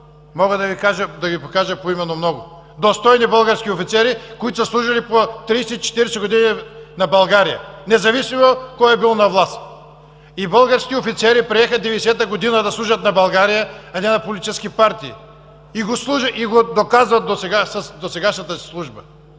Мога да Ви покажа поименно много достойни български офицери, които са служили по 30-40 години на България! Независимо кой е бил на власт! Български офицери приеха 1990 г. да служат на България, а не политически партии и го доказват с досегашната си служба.